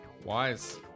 Wise